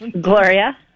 Gloria